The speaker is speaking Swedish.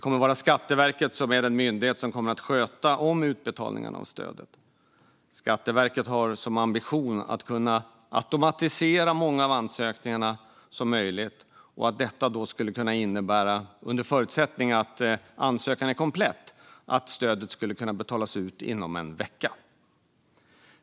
Skatteverket kommer att vara den myndighet som sköter om utbetalningarna av stödet. Skatteverket har som ambition att kunna automatisera så många av ansökningarna som möjligt. Under förutsättning att ansökan är komplett ska stödet då kunna betalas ut inom en vecka.